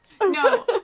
No